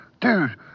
dude